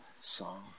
song